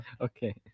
okay